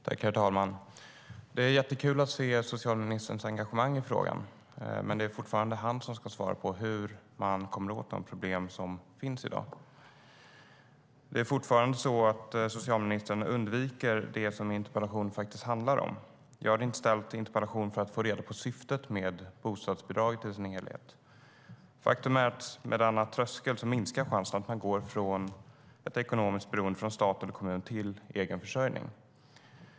Herr talman! Det är jättekul att se socialministerns engagemang i frågan, men det är fortfarande han som ska svara på hur man kommer åt de problem som finns i dag. Socialministern undviker fortfarande det som interpellation faktiskt handlar om. Jag ställde inte interpellationen för att få reda på syftet med bostadsbidraget i sin helhet. Faktum är att med denna tröskel minskar chansen att man går från ett ekonomiskt beroende av stat eller kommun till egen försörjning.